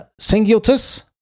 Singultus